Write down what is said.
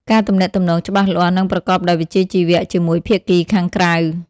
ការទំនាក់ទំនងច្បាស់លាស់ និងប្រកបដោយវិជ្ជាជីវៈជាមួយភាគីខាងក្រៅ ។